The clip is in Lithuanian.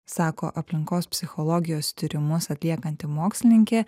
sako aplinkos psichologijos tyrimus atliekanti mokslininkė